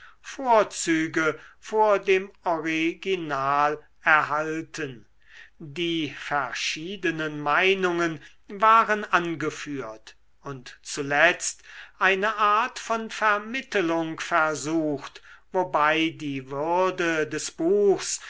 vorzüge vor dem original erhalten die verschiedenen meinungen waren angeführt und zuletzt eine art von vermittelung versucht wobei die würde des buchs